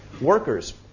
workers